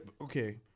okay